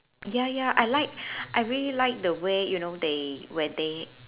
ya ya I like I really like the way you know they where they